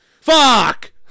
Fuck